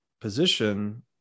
position